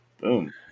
Boom